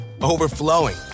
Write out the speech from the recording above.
overflowing